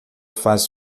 faz